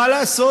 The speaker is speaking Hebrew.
מה לעשות,